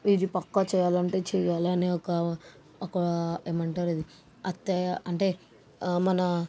ఇది పక్క చేయాలంటే చేయాలనే ఒక ఒక ఏమంటారు అది అత్తయ్య అంటే మన